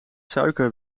suiker